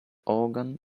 organ